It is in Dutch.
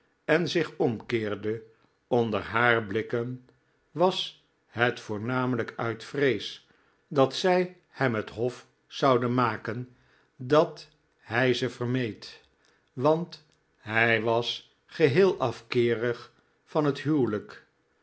en zich oinkeercle onder haar blikken was het voornamelijk uit vrees dat zij hem het hof zouden maken dat hij ze vermeed want hij was geheel afkeerig van het huwelijk